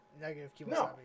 Negative